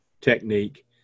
technique